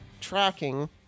tracking